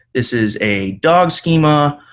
this is a dog schema.